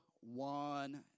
one